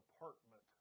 apartment